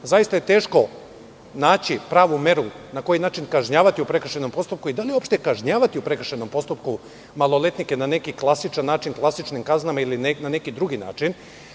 Zaista je teško naći pravu meru na koji način kažnjavati u prekršajnom postupku i da li uopšte kažnjavati u prekršajnom postupku maloletnike na neki klasičan način, klasičnim kaznama, ili na neki drugi način.